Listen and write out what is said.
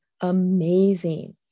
amazing